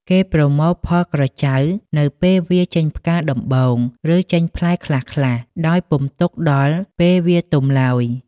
គេប្រមូលផលក្រចៅនៅពេលវាចេញផ្កាដំបូង ឬមានផ្លែខ្លះៗ ដោយពុំទុកដល់ ពេលវាទុំឡើយ ។